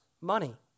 money